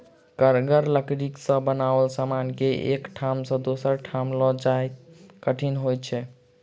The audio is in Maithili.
कड़गर लकड़ी सॅ बनाओल समान के एक ठाम सॅ दोसर ठाम ल जायब कठिन होइत छै